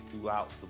throughout